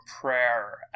prayer